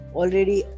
already